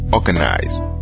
Organized